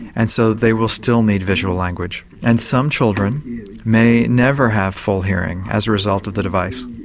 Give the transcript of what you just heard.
and so they will still need visual language. and some children may never have full hearing as a result of the device.